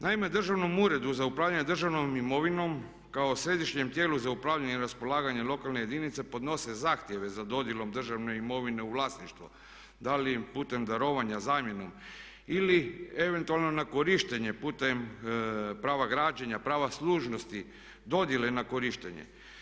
Naime, Državnom uredu za upravljanje državnom imovinom kao središnjem tijelu za upravljanje i raspolaganje lokalne jedinice podnose zahtjeve za dodjelom državne imovine u vlasništvo da li putem darovanja, zamjenom ili eventualno na korištenje putem prava građenja, prava služnosti, dodjele na korištenje.